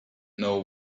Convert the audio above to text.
know